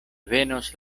venos